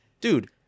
Dude